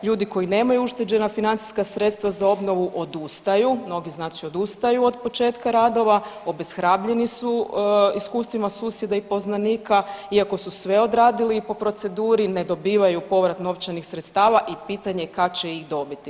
Ljudi koji nemaju ušteđena financijska sredstva za obnovu odustaju, mnogi odustaju od početka radova, obeshrabreni su iskustvima susjeda i poznanika iako su sve odradili po proceduru, ne dobivaju povrat novčanih sredstava i pitanje kada će ih dobiti.